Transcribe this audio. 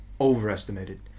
overestimated